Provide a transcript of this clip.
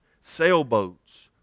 sailboats